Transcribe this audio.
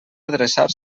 adreçar